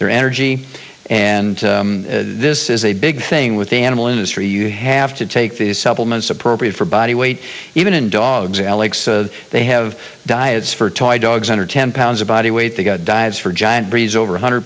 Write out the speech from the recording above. their energy and this is a big thing with the animal industry you have to take these supplements appropriate for body weight even in dogs they have diets for toy dogs under ten pounds of body weight they go dives for giant breeds over one hundred